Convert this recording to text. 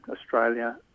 australia